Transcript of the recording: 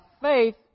faith